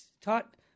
taught